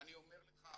אני אומר לך,